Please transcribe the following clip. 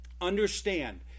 Understand